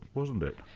wasn't it?